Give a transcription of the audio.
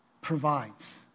provides